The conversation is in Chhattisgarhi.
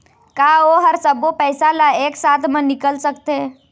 का ओ हर सब्बो पैसा ला एक साथ म निकल सकथे?